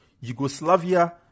Yugoslavia